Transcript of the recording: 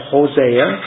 Hosea